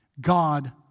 God